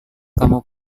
kamu